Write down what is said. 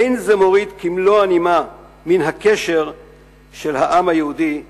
אין זה מוריד כמלוא הנימה מן הקשר של העם היהודי לירושלים.